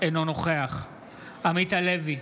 אינו נוכח עמית הלוי,